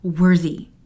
worthy